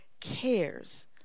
cares